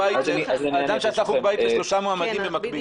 אדם שעשה חוג בית לשלושה מועמדים במקביל.